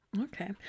Okay